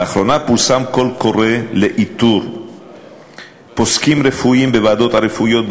לאחרונה פורסם קול קורא לאיתור פוסקים רפואיים בוועדות הרפואיות,